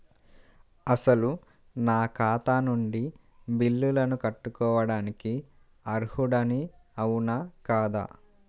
అసలు నా ఖాతా నుండి బిల్లులను కట్టుకోవటానికి అర్హుడని అవునా కాదా?